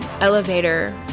elevator